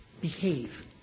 behave